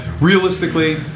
realistically